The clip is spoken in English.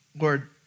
Lord